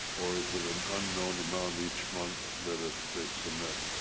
or is it an unknown amount each month that ah they submit?